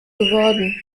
geworden